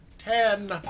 Ten